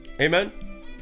Amen